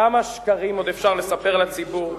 כמה שקרים עוד אפשר לספר לציבור?